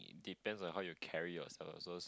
depends on how you carry yourself also so